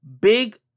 big